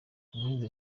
umuhanzi